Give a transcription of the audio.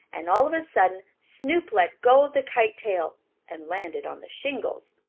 and all of a sudden snoop let go of the kite tail and landed on the shingles.